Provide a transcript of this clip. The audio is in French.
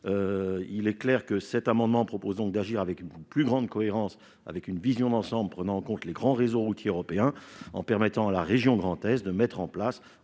le principe pollueur-payeur. Il s'agit d'agir avec une plus grande cohérence et une vision d'ensemble prenant en compte les grands réseaux routiers européens, en permettant à la région Grand Est de mettre en place